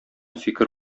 фикер